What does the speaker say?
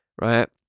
right